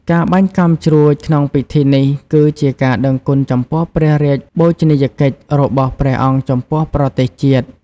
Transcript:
ការបាញ់កាំជ្រួចក្នុងពិធីនេះ គឺជាការដឹងគុណចំពោះព្រះរាជបូជនីយកិច្ចរបស់ព្រះអង្គចំពោះប្រទេសជាតិ។